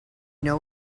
know